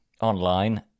online